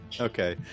Okay